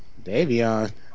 Davion